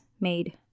made